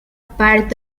park